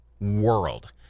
world